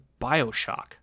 Bioshock